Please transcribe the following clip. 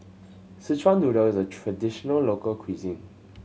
Szechuan Noodle is a traditional local cuisine